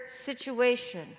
situation